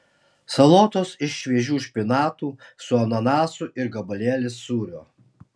salotos iš šviežių špinatų su ananasu ir gabalėlis sūrio